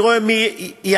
אני רואה מי יחיד,